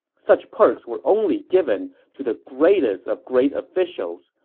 such perks were only given to the greatest of great officials,